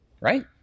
Right